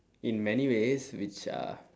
in many ways which are